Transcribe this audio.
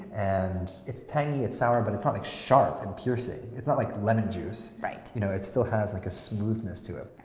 and it's tangy, it's sour, but it's not like sharp and piercing. it's not like lemon juice. you know it still has like a smoothness to it.